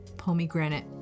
pomegranate